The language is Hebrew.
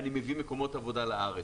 אני מביא מקומות עבודה לארץ.